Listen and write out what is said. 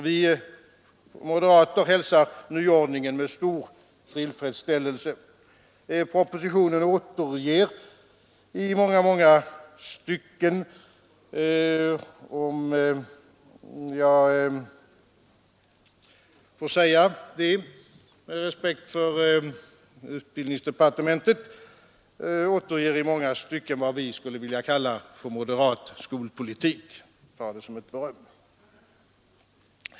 Vi moderater hälsar nyordningen med stor tillfredsställelse. Om jag får säga det — med all respekt för utbildningsdepartementet — så återger propositionen i många stycken vad vi skulle vilja kalla för moderat skolpolitik. Ta det som ett beröm.